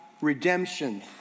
redemption